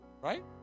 Right